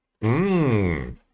Mmm